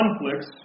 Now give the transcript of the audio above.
conflicts